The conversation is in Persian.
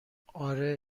اره